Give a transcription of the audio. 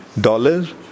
dollars